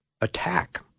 attack